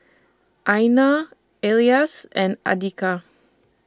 Aina Elyas and Andika